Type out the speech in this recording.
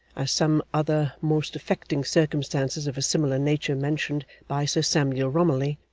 as some other most affecting circumstances of a similar nature mentioned by sir samuel romilly,